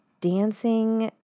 dancing